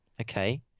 Okay